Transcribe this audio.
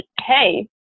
hey